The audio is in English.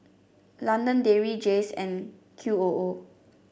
London Dairy Jays and Q O O